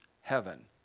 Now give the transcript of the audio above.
heaven